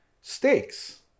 steaks